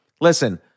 listen